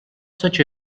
such